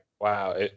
Wow